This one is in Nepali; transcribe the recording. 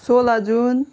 सोह्र जुन